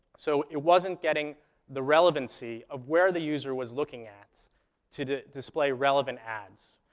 so it wasn't getting the relevancy of where the user was looking at to display relevant ads.